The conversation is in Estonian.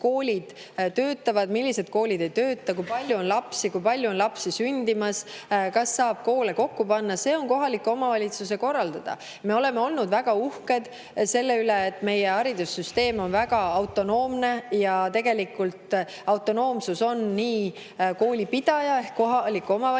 koolid töötavad, millised koolid ei tööta, [ja jälgib], kui palju on lapsi, kui palju on lapsi sündimas ning kas saab koole kokku panna. See on kohaliku omavalitsuse korraldada. Me oleme olnud väga uhked selle üle, et meie haridussüsteem on väga autonoomne. Tegelikult on autonoomsus nii koolipidaja ehk kohaliku omavalitsuse